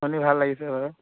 শুনি ভাল লাগিছে বাৰু